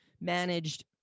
managed